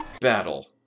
Battle